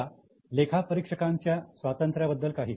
आता लेखा परीक्षकांच्या स्वातंत्र्याबद्दल काही